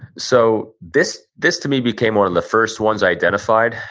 so, this this to me became one of the first ones i identified,